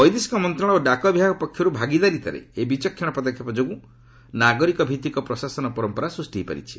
ବୈଦେଶିକ ମନ୍ତ୍ରଣାଳୟ ଓ ଡାକ ବିଭାଗ ପକ୍ଷରୁ ଭାଗିଦାରିତାରେ ଏହି ବିଚକ୍ଷଣ ପଦକ୍ଷେପ ଯୋଗୁଁ ନାଗରିକ ଭିଉିକ ପ୍ରଶାସନ ପରମ୍ପରା ସୃଷ୍ଟି ହୋଇପାରିଛି